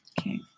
Okay